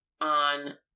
on